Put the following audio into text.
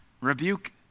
Rebuke